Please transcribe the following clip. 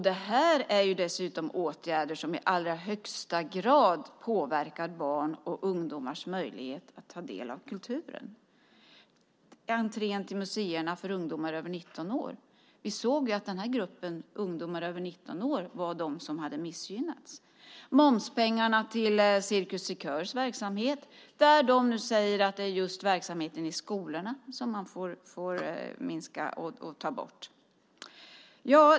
Det här är dessutom åtgärder som i allra högsta grad påverkar barns och ungdomars möjlighet att ta del av kulturen. När det gäller entrén till museerna för ungdomar över 19 år såg vi att den gruppen ungdomar var den som hade missgynnats. När det gäller momspengarna till Cirkus Cirkörs verksamhet säger de där att det är just verksamheten i skolorna som man får minska på och ta bort.